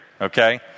okay